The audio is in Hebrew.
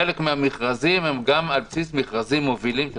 חלק מהמכרזים הם גם על בסיס מכרזים מובילים.